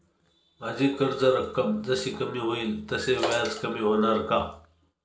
माझी कर्ज रक्कम जशी कमी होईल तसे व्याज कमी होणार का?